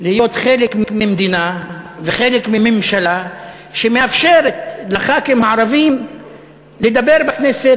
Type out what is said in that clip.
להיות חלק ממדינה וחלק מממשלה שמאפשרת לחברי הכנסת הערבים לדבר בכנסת,